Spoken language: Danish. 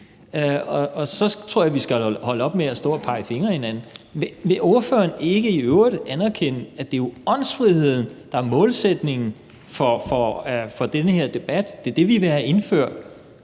Og så tror jeg, vi skal holde op med at stå og pege fingre ad hinanden. Vil ordføreren ikke i øvrigt anerkende, at det jo er åndsfriheden, der er målsætningen for den her debat, at det er det, vi vil have indført